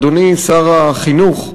אדוני שר החינוך,